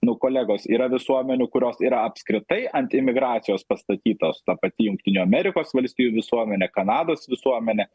nu kolegos yra visuomenių kurios yra apskritai ant imigracijos pastatytos ta pati jungtinių amerikos valstijų visuomenė kanados visuomenė